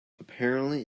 apparently